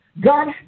God